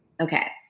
Okay